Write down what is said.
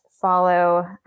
follow